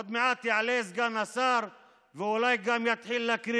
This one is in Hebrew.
עוד מעט יעלה סגן השר ואולי גם יתחיל להקריא